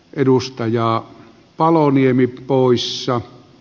edustaja paloniemi poissa